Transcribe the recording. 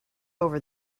over